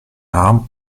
arm